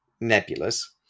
nebulous